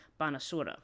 Banasura